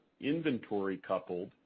inventory-coupled